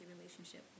relationship